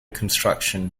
construction